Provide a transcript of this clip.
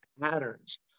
patterns